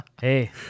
Hey